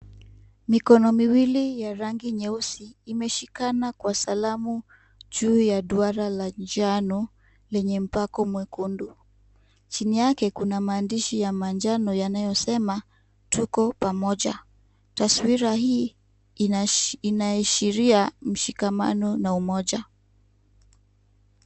Mikono miwili ya rangi nyeusi, imeshikana kwa salamu juu ya duara la njano, lenye mpako mwekundu. Chini yake kuna maandishi ya manjano yanayosema, "tuko pamoja." Taswira hii inaashiria mshikamano na umoja.